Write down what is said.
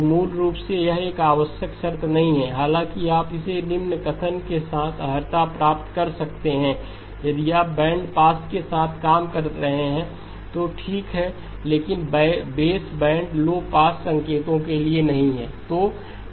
तो मूल रूप से यह एक आवश्यक शर्त नहीं है हालाँकि आप इसे निम्न कथन के साथ अर्हता प्राप्त कर सकते हैं कि यदि आप बैंड पास के साथ काम कर रहे हैं तो ठीक है लेकिन बेस बैंड लौ पास संकेतों के लिए नहीं